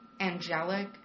Angelic